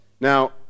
Now